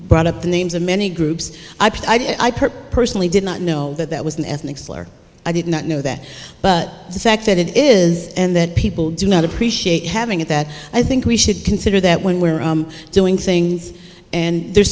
brought up the names and many groups i purposely did not know that that was an ethnic slur i did not know that but the fact that it is and that people do not appreciate having it that i think we should consider that when we're doing things and there